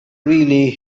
really